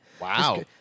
Wow